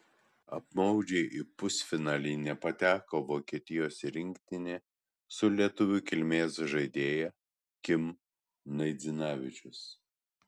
apmaudžiai į pusfinalį nepateko vokietijos rinktinė su lietuvių kilmės žaidėja kim naidzinavičius